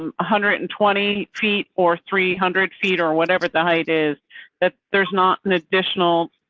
um hundred and twenty feet or three hundred feet or whatever the height is that there's not an additional.